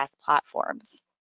platforms